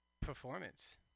performance